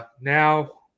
Now